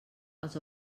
els